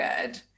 good